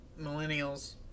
millennials